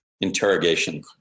interrogation